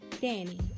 Danny